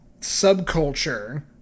subculture